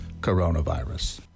coronavirus